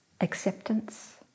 acceptance